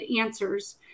answers